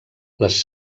les